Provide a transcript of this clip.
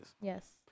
Yes